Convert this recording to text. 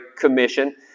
Commission